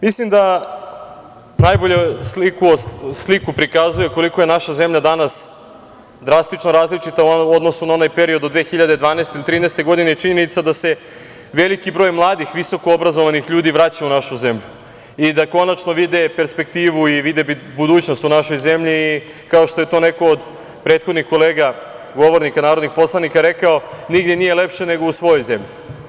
Mislim da najbolju sliku prikazuje koliko je naša zemlja danas drastično različita u odnosu na onaj period 2012. godine i 2013. godine, činjenica da se veliki broj mladih visoko obrazovanih ljudi vraća u našu zemlju i da konačno vide perspektivu i vide budućnost u našoj zemlji, kao što je to neko od prethodnih kolega, govornika, narodnih poslanika rekao, nigde nije lepše nego u svojoj zemlji.